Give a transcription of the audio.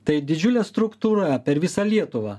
tai didžiulė struktūra per visą lietuvą